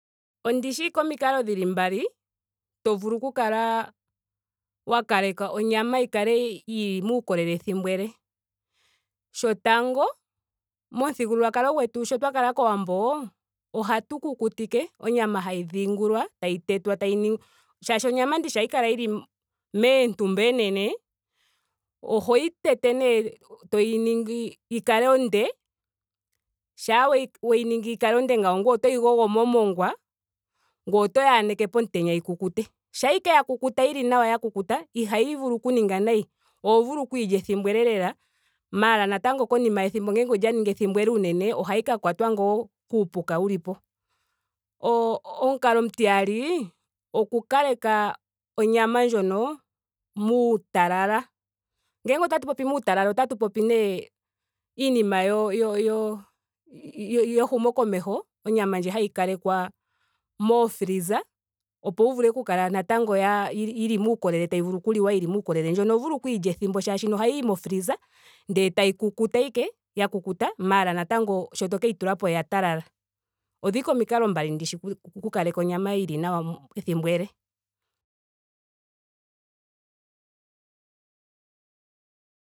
Ondishi ashike omikalo dhili mbali to vulu oku kala wa kaleka onyama yi kale yili muukolele ethimbo ele. Shotango momuthigululwakalo gwetu sho twa kala kowambo ohatu kukutike onyama hayi dhingulwa tayi tetwa tayi ningwa. shaashi onyama ndishi ohayi kala yili me- moontumba oonene. ohoyi tete nee toyi ningi yi kale onde. Shampa weyi ningi yi kale onde ngawo ngweye otoyi gogo momongwa. ngoye otoyi aneke pomutenya yi kukute. Shampa ashike ya kukuta yili nawa ya kukuta. ihayi vulu oku ninga nayi. Oho vulu okuyi lya ethimbo ele lela maara natango konima yethimbo ngele olya ningi ethimbo ele unene ohayi ka kwatwa ngaa kuupuka wulipo. o- omukalo omutiyali oku kaleka onyama ndjoka mutalala. Ngele otatu popi muutalala otatu popi nee iinima yo- yo- yo- yo yehumokomeho. onyama ndji hayi kalekwa moo freezer opo wu vule oku kala natango ya- yili muukolele tayi vulu oku liwa yili muukolele. Ndjono oho vulu okuyi lya ethimbo shaashino ohayiyi mo freezer ndele tayi kukuta ashike. ya kukuta maara natango sho tokeyi tulapo oya talala. Odho ashike omikalo mbali ndishi oku- oku kaleka onyama yili nawa mo- ethimbo ele